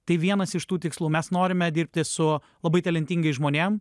tai vienas iš tų tikslų mes norime dirbti su labai talentingais žmonėm